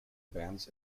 bands